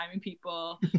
people